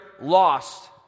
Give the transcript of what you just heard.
lost